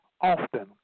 Often